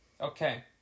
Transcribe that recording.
Okay